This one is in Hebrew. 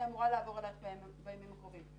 והיא אמורה גם לעבור אליך בימים הקרובים.